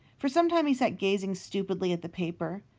for some time he sat gazing stupidly at the paper.